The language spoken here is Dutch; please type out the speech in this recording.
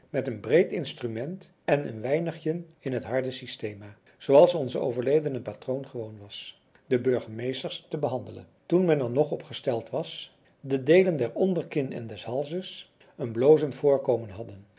met een breed instrument en een weinigjen in het harde systema zooals onze overledene patroon gewoon was de burgemeesters te behandelen toen men er nog op gesteld was de deelen der onderkin en des halzes een blozend voorkomen hadden